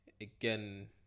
again